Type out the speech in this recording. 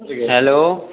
hello